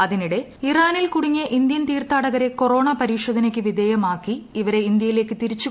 അതിനിടെ ഇറാനിൽ കുടുങ്ങിയ ഇന്ത്യൻ തീർത്ഥാടകരെ കൊറോണ പരിശോധനയ്ക്ക് വിധേയമാക്കി ഇവരെ ഇന്ത്യയിലേയ്ക്ക് തിരിച്ചു